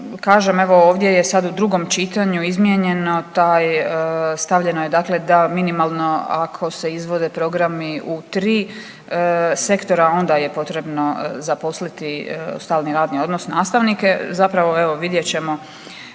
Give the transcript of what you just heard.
Kažem evo ovdje je sad u drugom čitanju izmijenjeno taj, stavljeno je dakle da minimalno ako se izvode programi u 3 sektora onda je potrebno zaposliti u stalni radni odnos nastavnike. Zapravo evo vidjet ćemo,